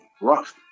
rough